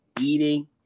eating